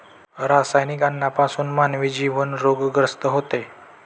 रासायनिक अन्नापासून मानवी जीवन रोगग्रस्त होते